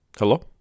Hello